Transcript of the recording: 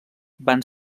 van